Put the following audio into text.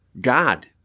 God